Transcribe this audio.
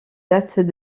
datent